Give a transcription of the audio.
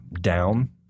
down